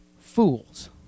fools